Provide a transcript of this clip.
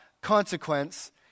consequence